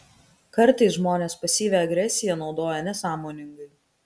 kartais žmonės pasyvią agresiją naudoja nesąmoningai